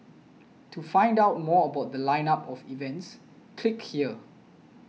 to find out more about The Line up of events click here